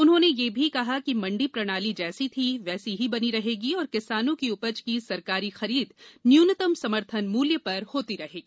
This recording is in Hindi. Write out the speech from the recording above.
उन्हों ने यह भी कहा कि मंडी प्रणाली जैसी थी वैसी ही बनी रहेगी और किसानों की उपज की सरकारी खरीद न्यूनतम समर्थन मूल्य पर होती रहेगी